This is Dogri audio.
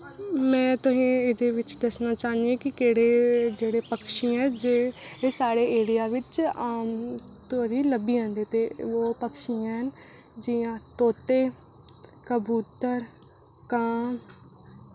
में तुसेंगी एह्दे बिच दस्सना चाह्न्नी आं कि केह्ड़े जेह्ड़े पक्षी ऐं कि जेह्ड़े साढ़े एरिया बिच तौले लब्भी जंदे ऐं ते ओह् पक्षी ऐ ते जियां तोते कबूतर कांऽ